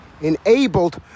enabled